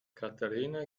katharina